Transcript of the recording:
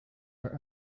are